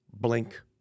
blink